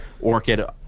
Orchid